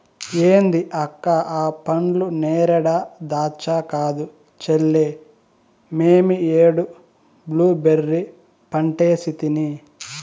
ఏంది అక్క ఆ పండ్లు నేరేడా దాచ్చా కాదు చెల్లే మేమీ ఏడు బ్లూబెర్రీ పంటేసితిని